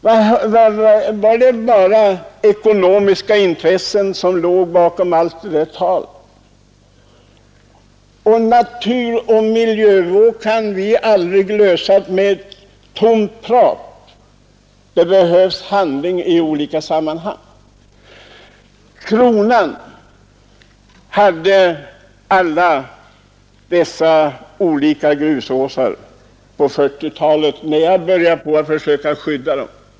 Var det bara ekonomiska intressen som låg bakom allt det där talet? Frågor om naturoch miljövård kan vi aldrig lösa med tomt prat; det behövs handling i olika sammmanhang. Kronan hade alla dessa olika grusåsar på 1940-talet när jag började försöka skydda dem.